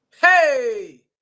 hey